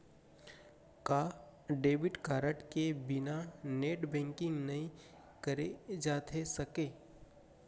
का debit card के बिना नेट बैंकिंग नई करे जाथे सके?